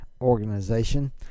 organization